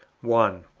one.